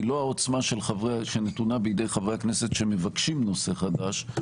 היא לא העוצמה שנתונה בידי חברי הכנסת שמבקשים נושא חדש,